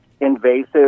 invasive